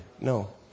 No